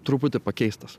truputį pakeistas